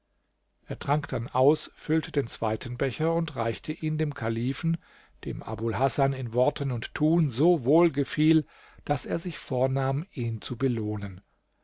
er trank dann aus füllte den zweiten becher und reichte ihn dem kalifen dem abul hasan in worten und tun so wohlgefiel daß er sich vornahm ihn zu belohnen